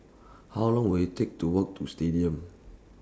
How Long Will IT Take to Walk to Stadium